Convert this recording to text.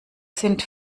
sind